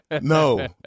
no